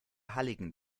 halligen